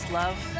love